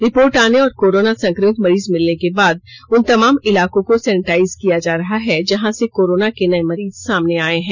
report आने और corona संक्रमित मरीज मिलने के बाद उन तमाम इलाकों को सेनेटाइज किया जा रहा है जहां से कोरोना के नए मरीज सामने आए है